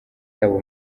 yaba